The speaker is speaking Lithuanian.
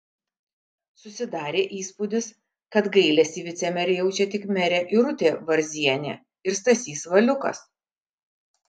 susidarė įspūdis kad gailestį vicemerei jaučia tik merė irutė varzienė ir stasys valiukas